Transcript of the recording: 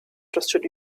trusted